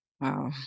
Wow